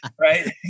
Right